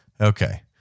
okay